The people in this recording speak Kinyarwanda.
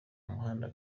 umuhanda